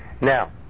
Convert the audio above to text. now